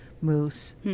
moose